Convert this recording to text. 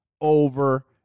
over